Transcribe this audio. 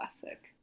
classic